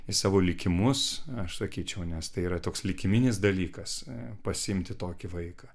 į savo likimus aš sakyčiau nes tai yra toks likiminis dalykas pasiimti tokį vaiką